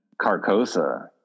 Carcosa